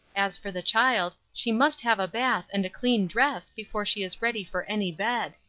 as for the child, she must have a bath and a clean dress before she is ready for any bed.